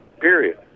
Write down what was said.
period